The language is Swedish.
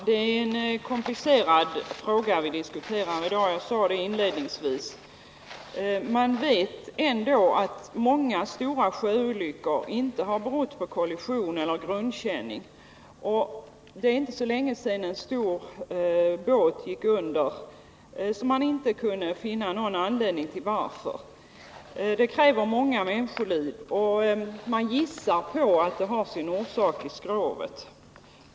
Herr talman! Det är som jag inledningsvis sade en komplicerad fråga som vi diskuterar i dag. Man vet att många stora sjöolyckor inte har orsakats av kollision eller grundkänning. Det är inte så länge sedan en stor båt gick under utan att man kunde finna någon anledning till det. Många människoliv krävs, och man gissar att olyckorna beror på svagheter i skrovet.